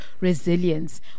resilience